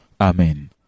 Amen